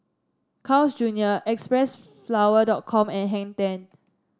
Carl's Junior X Press flower dot com and Hang Ten